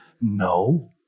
No